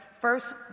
First